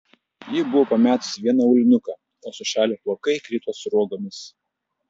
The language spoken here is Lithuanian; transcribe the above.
ji buvo pametusi vieną aulinuką o sušalę plaukai krito sruogomis